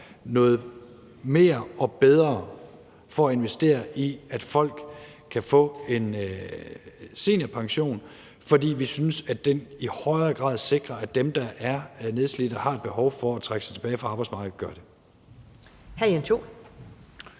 noget mere og bedre for at investere i, at folk kan få en seniorpension, fordi vi synes, at den i højere grad sikrer, at dem, der er nedslidte og har et behov for at trække sig tilbage fra arbejdsmarkedet, gør det.